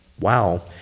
wow